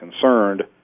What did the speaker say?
concerned